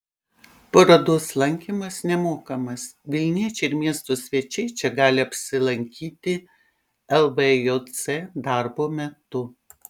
parodos lankymas nemokamas vilniečiai ir miesto svečiai čia gali apsilankyti lvjc darbo metu